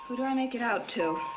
who do i make it out to?